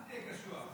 אל תהיה קשוח,